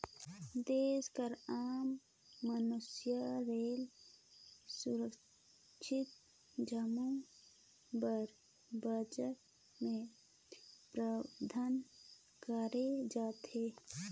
देस कर आम मइनसे रेल, सुरक्छा जम्मो बर बजट में प्रावधान करल जाथे